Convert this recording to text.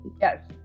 Yes